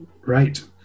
Right